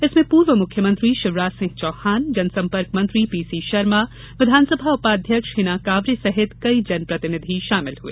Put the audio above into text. इसमें पूर्व मुख्यमंत्री शिवराज सिंह चौहान जनसंपर्क मत्री पीसी शर्मा विधानसभा उपाध्यक्ष हिना कांवरे सहित कई जनप्रतिनिधि शामिल हुए